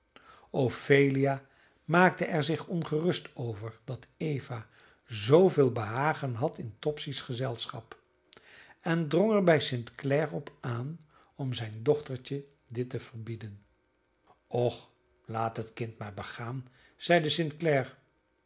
ophelia maakte er zich ongerust over dat eva zooveel behagen had in topsy's gezelschap en drong er bij st clare op aan om zijn dochtertje dit te verbieden och laat het kind maar begaan zeide st